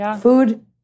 Food